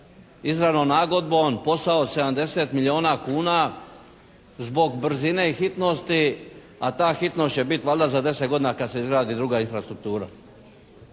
izravnom nagodbom posao od 70 milijuna kuna zbog brzine hitnosti, a ta hitnost će biti valjda za 10 godina kada se izgradi druga infrastruktura.